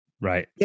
Right